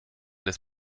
des